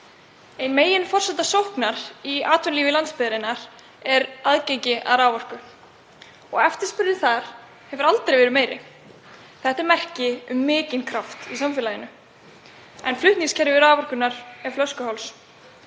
Ein meginforsenda sóknar í atvinnulífi landsbyggðarinnar er aðgengi að raforku og eftirspurnin þar hefur aldrei verið meiri. Þetta er merki um mikinn kraft í samfélaginu. En flutningskerfi raforkunnar er flöskuháls.